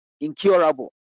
incurable